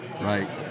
Right